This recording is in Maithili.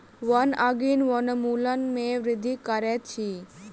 वन अग्नि वनोन्मूलन में वृद्धि करैत अछि